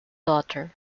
daughter